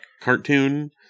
cartoon